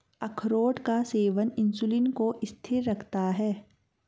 अखरोट का सेवन इंसुलिन को स्थिर रखता है